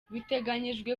biteganyijwe